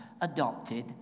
adopted